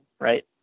right